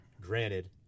Granted